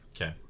Okay